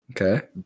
Okay